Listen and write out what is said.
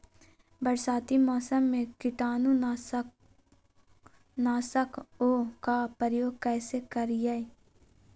बरसाती मौसम में कीटाणु नाशक ओं का प्रयोग कैसे करिये?